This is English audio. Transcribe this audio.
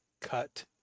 cut